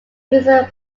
musa